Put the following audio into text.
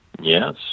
yes